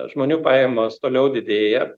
žmonių pajamos toliau didėja